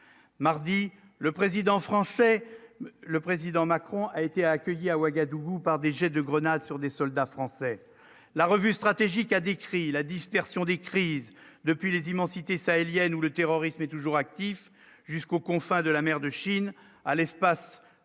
français, le président Macron a été accueilli à Ouagadougou par des jets de grenades sur des soldats français, la revue stratégique a décrit la dispersion des crises depuis les immensités sahéliennes où le terrorisme est toujours actif jusqu'aux confins de la mer de Chine à l'espace